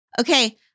Okay